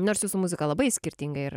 nors muzika labai skirtinga ir